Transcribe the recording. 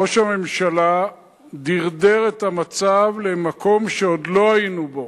ראש הממשלה דרדר את המצב למקום שעוד לא היינו בו,